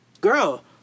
Girl